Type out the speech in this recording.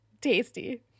Tasty